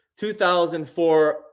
2004